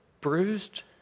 bruised